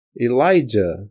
Elijah